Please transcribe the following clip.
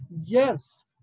yes